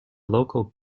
local